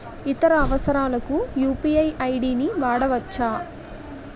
ఇతర అవసరాలకు UPI ID వాడవచ్చా?